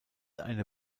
eine